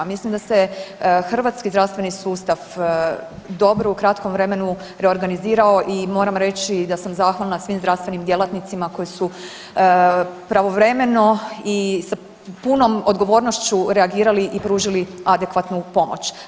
Mislim da se hrvatski zdravstveni sustav dobro u kratkom vremenu reorganizirao i moram reći da sam zahvalna svim zdravstvenim djelatnicima koji su pravovremeno i sa punom odgovornošću reagirali i pružili adekvatnu pomoć.